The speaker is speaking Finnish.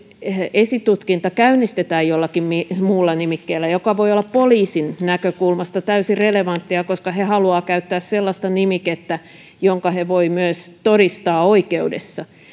esitutkinta käynnistetään jollakin muulla nimikkeellä joka voi olla poliisin näkökulmasta täysin relevantti koska he haluavat käyttää sellaista nimikettä jonka he voivat myös todistaa oikeudessa